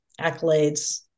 accolades